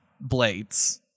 blades